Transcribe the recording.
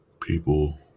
people